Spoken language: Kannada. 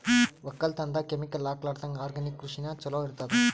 ಒಕ್ಕಲತನದಾಗ ಕೆಮಿಕಲ್ ಹಾಕಲಾರದಂಗ ಆರ್ಗ್ಯಾನಿಕ್ ಕೃಷಿನ ಚಲೋ ಇರತದ